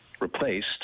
replaced